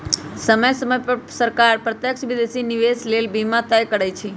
समय समय पर सरकार प्रत्यक्ष विदेशी निवेश लेल सीमा तय करइ छै